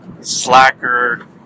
slacker